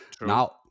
now